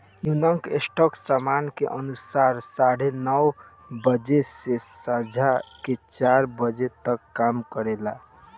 New York stock समय के अनुसार साढ़े नौ बजे से सांझ के चार बजे तक काम करेला